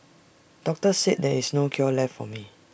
doctors said there is no cure left for me